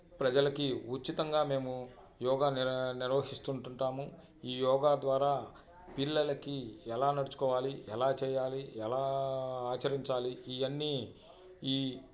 ప్రజలకి ఉచితంగా మేము యోగా నిర్వహిస్తుంటుంటాము ఈ యోగా ద్వారా పిల్లలకి ఎలా నడుచుకోవాలి ఎలా చేయాలి ఎలా ఆచరించాలి ఇవన్నీ ఈ